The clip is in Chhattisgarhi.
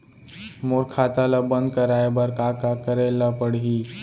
मोर खाता ल बन्द कराये बर का का करे ल पड़ही?